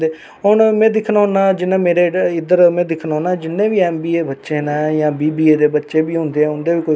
पनेलटी साढ़े प्हाड़ दे लोकें गी देआ ग्रां दे लोकें गी देए डोगरे लोकें गी देआ और डोगरा कल्चर जेहका अग्गे बधाया जाए